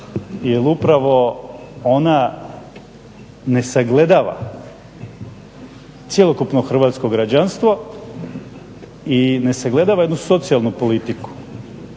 jer upravo ona ne sagledava cjelokupno hrvatsko građanstvo i ne sagledava jednu socijalnu politiku.